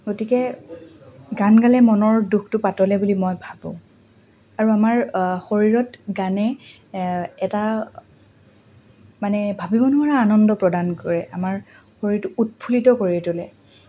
গতিকে গান গালে মনৰ দুখটো পাতলে বুলি মই ভাবোঁ আৰু আমাৰ শৰীৰত গানে এটা মানে ভাবিব নোৱাৰা আনন্দ প্ৰদান কৰে আমাৰ শৰীৰটো উৎফুল্লিত কৰি তোলে